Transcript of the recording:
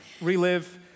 relive